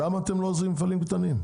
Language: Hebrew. למה אתם לא עוזרים למפעלים הקטנים?